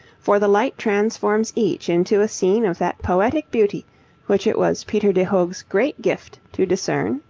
for the light transforms each into a scene of that poetic beauty which it was peter de hoogh's great gift to discern,